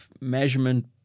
measurement